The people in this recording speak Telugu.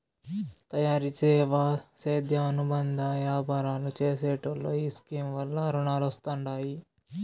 తయారీ, సేవా, సేద్యం అనుబంద యాపారాలు చేసెటోల్లో ఈ స్కీమ్ వల్ల రునాలొస్తండాయి